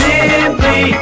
Simply